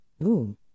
Boom